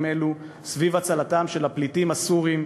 אלו סביב הצלתם של הפליטים הסורים,